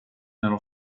nello